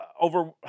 over